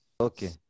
okay